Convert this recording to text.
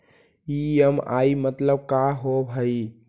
EMI मतलब का होब हइ?